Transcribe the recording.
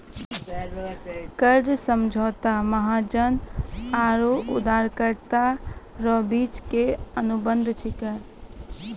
कर्जा समझौता महाजन आरो उदारकरता रो बिच मे एक अनुबंध छिकै